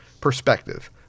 perspective